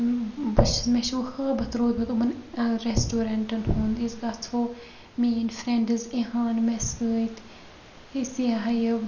بہٕ چھس مےٚ چھُ ؤنۍ ہٲبَت روٗدمُت یِمَن ریسٹورینٛٹَن ہُنٛد أسۍ گَژھو میٲنۍ فرٛینٛڈٕس یِہن مےٚ سۭتۍ أسۍ یہِ ہاے یہِ